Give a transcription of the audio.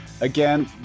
again